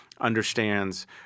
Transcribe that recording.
understands